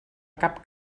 cap